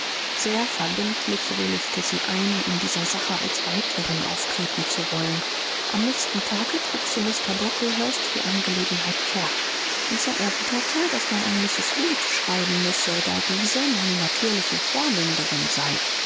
sehr verbindlich willigte sie ein in dieser sache als vermittlerin auftreten zu wollen am nächsten tage trug sie mr brocklehurst die angelegenheit vor dieser erwiderte daß man an mrs reed schreiben müsse da diese meine natürliche vormünderin sei